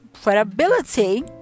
credibility